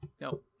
No